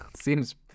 seems